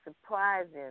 surprising